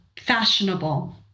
fashionable